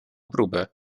próbę